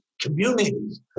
communities